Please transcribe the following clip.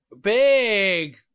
Big